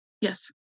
Yes